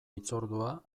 hitzordua